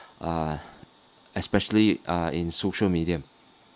uh especially uh in social media